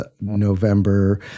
November